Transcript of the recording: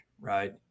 Right